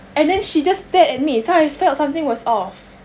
and then she just stared at me so I felt something was off